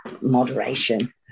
Moderation